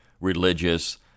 religious